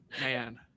man